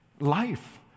life